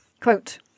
Quote